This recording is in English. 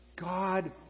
God